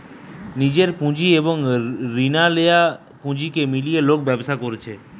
নিজের পুঁজি এবং রিনা লেয়া পুঁজিকে মিলিয়ে লোক ব্যবসা করতিছে